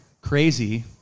crazy